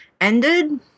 ended